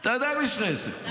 אתה יודע עם מי יש לך עסק.